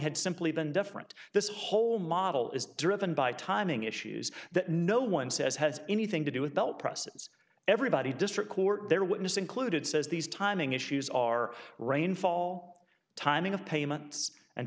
had simply been different this whole model is driven by timing issues that no one says has anything to do with belt prices everybody district court their witness included says these timing issues are rainfall timing of payments and